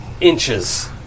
inches